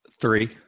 Three